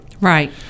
Right